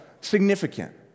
significant